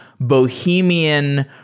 bohemian